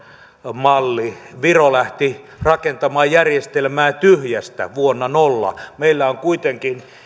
malli viro lähti rakentamaan järjestelmää tyhjästä vuonna nolla meillä on kuitenkin